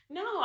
no